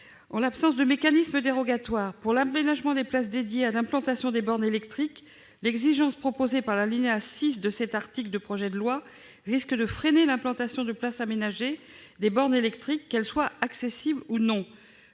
En l'absence de mécanisme dérogatoire pour l'aménagement de places dédiées à l'implantation de bornes électriques, l'exigence prévue à l'alinéa 6 de cet article risque de freiner l'implantation de places aménagées de bornes électriques, qu'elles soient accessibles ou non.